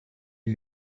you